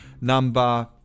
number